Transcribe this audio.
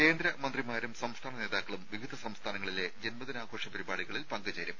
കേന്ദ്രമന്ത്രിമാരും സംസ്ഥാന നേതാക്കളും വിവിധ സംസ്ഥാനങ്ങളിലെ ജന്മദിനാഘോഷ പരിപാടികളിൽ പങ്ക് ചേരും